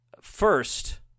first